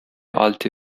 alte